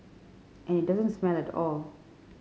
and it doesn't smell at all